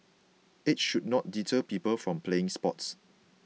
age should not deter people from playing sports